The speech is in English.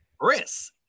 Chris